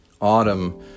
Autumn